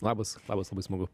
labas labas labai smagu